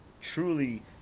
truly